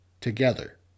together